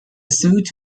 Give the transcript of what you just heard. suit